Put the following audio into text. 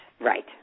Right